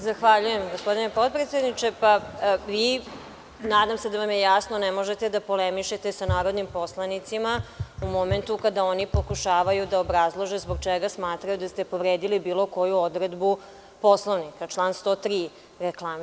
Zahvaljujem gospodine potpredsedniče, nadam se da vam je jasno, ne možete da polemišete sa narodnim poslanicima u momentu kada oni pokušavaju da obrazlože zbog čega smatraju da ste povredili bilo koju odredbu Poslovnika, reklamiram član 103.